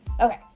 Okay